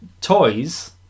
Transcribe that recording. toys